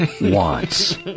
wants